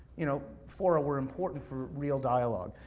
you know, fora were important for real dialogue.